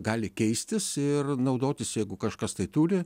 gali keistis ir naudotis jeigu kažkas tai turi